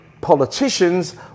politicians